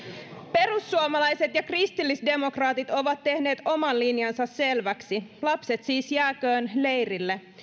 perussuomalaiset ja kristillisdemokraatit ovat tehneet oman linjansa selväksi lapset siis jääkööt leirille